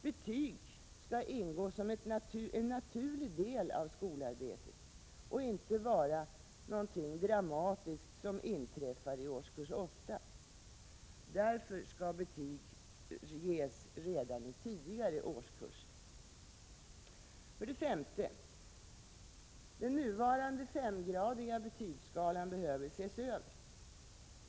Betyg skall ingå som en naturlig del av skolarbetet och inte vara något dramatiskt som inträffar i årskurs 8. Därför skall betyg ges även i tidigare årskurser. För det femte behöver den nuvarande femgradiga betygsskalan ses över.